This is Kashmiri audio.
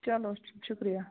چلو شُکریہ